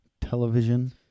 television